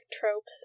tropes